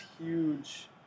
huge